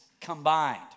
combined